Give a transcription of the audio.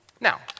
Now